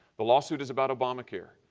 the lawsuit is about obamacare.